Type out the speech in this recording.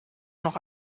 noch